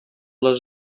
les